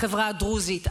החברה הדרוזית,